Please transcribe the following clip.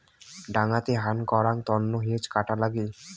ডাঙাতে হান করাং তন্ন হেজ কাটা লাগি